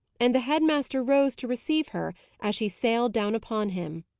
and the head-master rose to receive her as she sailed down upon him.